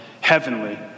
heavenly